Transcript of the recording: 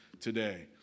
today